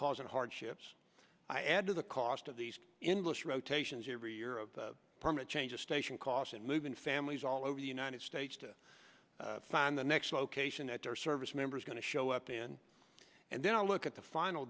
causing hardships i add to the cost of these invalid rotations every year of the permit change of station cost and moving families all over the united states to find the next location at their service members going to show up in and then a look at the final